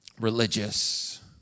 religious